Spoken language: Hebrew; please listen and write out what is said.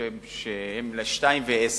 ל-2 ו-10,